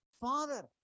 Father